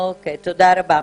תודה רבה.